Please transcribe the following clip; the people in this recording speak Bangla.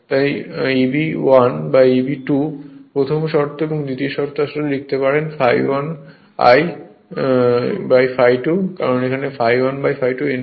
তাই Eb 1 Eb 2 প্রথম শর্ত এবং দ্বিতীয় শর্ত আসলে লিখতে পারে ∅1 1 ∅2 কারণ এটি ∅1 ∅2 N2 হয়